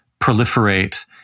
proliferate